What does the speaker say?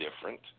different